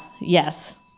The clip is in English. Yes